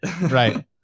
right